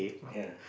ya